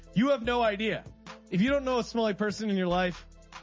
you have no idea if you don't know a smelly person in your life.